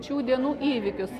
šių dienų įvykius